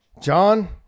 John